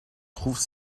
trouve